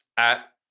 at.